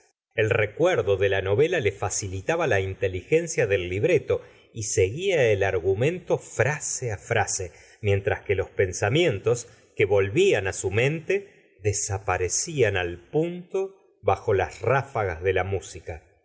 el r ecuerdo de la noyela le facilitaba la inteligencia del libreto y seguía el argumento frase á frase mientras que los pensamientos que volvían á su mente desaparecían al punto bajo las ráfagas de la música